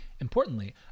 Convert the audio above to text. Importantly